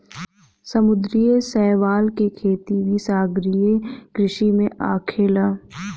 समुंद्री शैवाल के खेती भी सागरीय कृषि में आखेला